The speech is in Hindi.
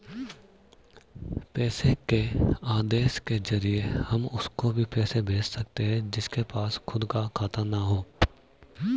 पैसे के आदेश के जरिए हम उसको भी पैसे भेज सकते है जिसके पास खुद का खाता ना हो